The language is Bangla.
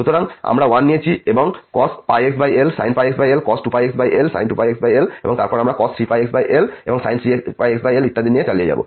সুতরাং আমরা 1 নিয়েছি এবং cos πxl sin πxl cos 2πxl sin 2πxl এবং তারপর আমরা cos 3πxl sin 3πxl ইত্যাদি দিয়ে চালিয়ে যাব